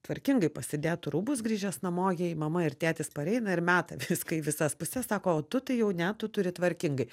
tvarkingai pasidėtų rūbus grįžęs namo jei mama ir tėtis pareina ir meta viską į visas puses sako o tu tai jau ne tu turi tvarkingai